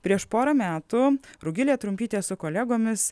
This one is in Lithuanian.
prieš porą metų rugilė trumpytė su kolegomis